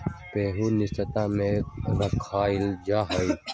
पोहा नाश्ता में खायल जाहई